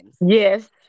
yes